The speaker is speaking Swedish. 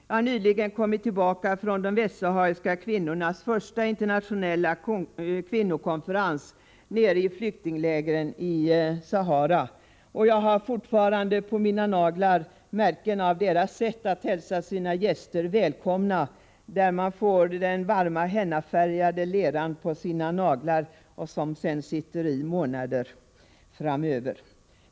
Jag har nyligen kommit tillbaka från de västsahariska kvinnornas första internationella kvinnokonferens nere i flyktinglägren i Sahara, och jag har fortfarande på mina naglar märken av deras sätt att hälsa sina gäster välkomna — man får varm, hennafärgad lera på sina naglar, och det är något som sitter i under månader framöver.